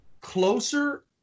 closer